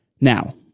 Now